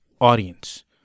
audience